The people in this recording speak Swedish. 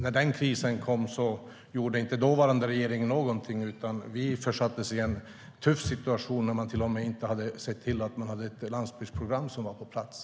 När krisen kom gjorde inte den dåvarande regeringen någonting, utan vi försattes i en tuff situation. Man hade inte ens sett till att det fanns ett landsbygdsprogram på plats.